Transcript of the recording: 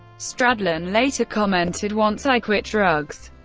stradlin later commented, once i quit drugs,